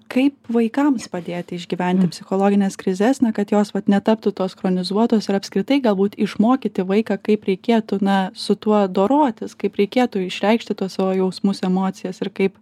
kaip vaikams padėti išgyventi psichologines krizes na kad jos vat netaptų tos chronizuotos ir apskritai galbūt išmokyti vaiką kaip reikėtų na su tuo dorotis kaip reikėtų išreikšti tuos savo jausmus emocijas ir kaip